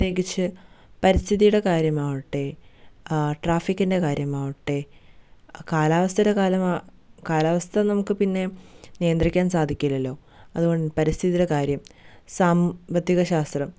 പ്രത്യേകിച്ച് പരിസ്ഥിതിയുടെ കാര്യമാകട്ടെ ട്രാഫിക്കിൻ്റെ കാര്യമാകട്ടെ കാലാവസ്ഥയുടെ കാലമാ കാലാവസ്ഥ നമുക്ക് പിന്നെ നിയന്ത്രിക്കാൻ സാധിക്കില്ലല്ലൊ അതുകൊണ്ട് പരിസ്ഥിതിയുടെ കാര്യം സാംമ്പത്തിക ശാസ്ത്രം